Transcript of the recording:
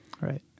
Right